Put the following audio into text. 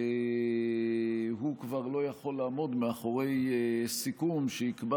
הוא כבר לא יכול לעמוד מאחורי סיכום שיקבע